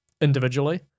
individually